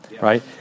Right